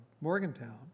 Morgantown